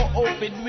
open